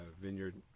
vineyard